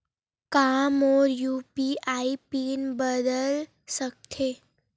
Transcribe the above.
का मोर UPI PIN बदल सकथे?